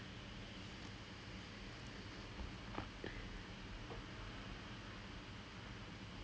it it was the day I don't know if you guys நீங்க வந்து:ninga vanthu drama skit எல்லாம் பண்ணிட்டு:ellaam pannittu I disappeared for awhile